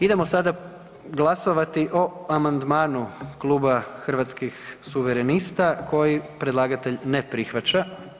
Idemo sada glasovati o amandmanu kluba Hrvatskih suverenista koji predlagatelj ne prihvaća.